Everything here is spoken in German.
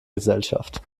gesellschaft